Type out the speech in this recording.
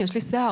יש לי שיער.